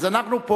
אז אנחנו פה.